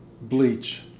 bleach